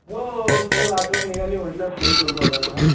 हो सहज आठवण निघाली म्हटलं फोन करतो काकांना